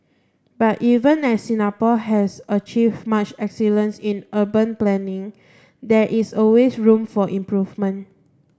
but even as Singapore has achieve much excellence in urban planning there is always room for improvement